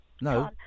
no